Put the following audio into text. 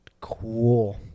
Cool